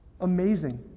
Amazing